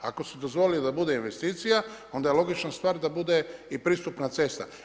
Ako su dozvolili da bude investicija, onda je logična stvar da bude i pristupna cesta.